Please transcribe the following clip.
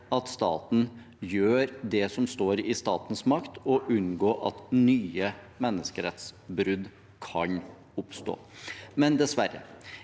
at staten gjør det som står i statens makt for å unngå at nye menneskerettsbrudd kan oppstå. Men dessverre: